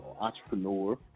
entrepreneur